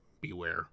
beware